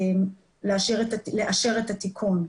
תודה.